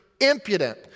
impudent